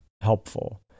helpful